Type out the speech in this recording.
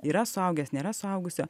yra suaugęs nėra suaugusio